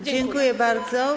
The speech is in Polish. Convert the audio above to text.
Dziękuję bardzo.